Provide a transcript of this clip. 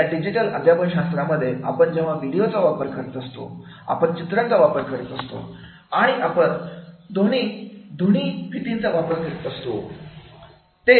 या डिजिटल अध्यापन शास्त्रांमध्ये आपण व्हिडिओ चा वापर करीत असतो आपण चित्रांचा वापर करीत असतो आणि आपण दोन्ही ध्वनि फीतींचा वापर करीत आहोत